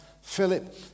Philip